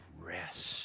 rest